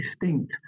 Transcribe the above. distinct